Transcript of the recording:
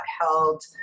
held